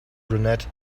brunette